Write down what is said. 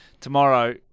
tomorrow